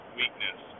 weakness